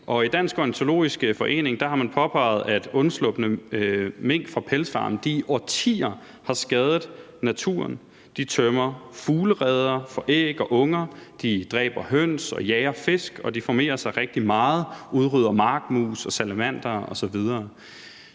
i Dansk Ornitologisk Forening har man påpeget, at undslupne mink fra pelsfarme i årtier har skadet naturen. De tømmer fuglereder for æg og unger, de dræber høns og jager fisk, og de formerer sig rigtig meget, udrydder markmus og salamandere osv.